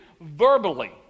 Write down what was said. verbally